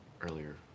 earlier